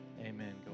Amen